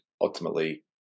ultimately